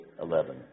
11